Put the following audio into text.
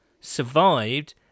survived